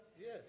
Yes